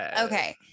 Okay